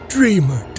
Dreamer